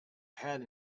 had